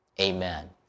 amen